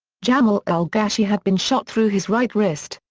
jamal al-gashey had been shot through his right wrist,